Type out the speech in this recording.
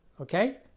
okay